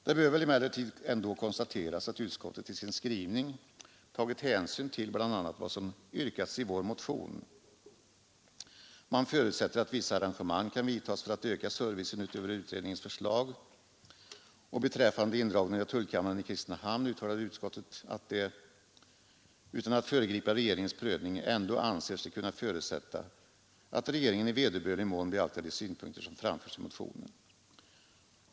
Det bör väl emellertid ändock konstateras att utskottet i sin skrivning tagit hänsyn till bl.a. vad som yrkats i vår motion. Man förutsätter att vissa arrangemang kan vidtagas för att öka servicen utöver utredningens förslag. Beträffande indragningen av tullkammaren i Kristinehamn uttalar utskottet att det — utan att föregripa regeringens prövning — ändå anser sig kunna förutsätta att regeringen i vederbörlig mån beaktar de synpunkter som framförts i motionen.